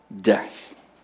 death